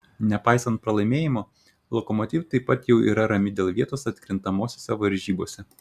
nepaisant pralaimėjimo lokomotiv taip pat jau yra rami dėl vietos atkrintamosiose varžybose